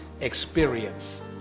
experience